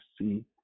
see